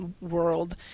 world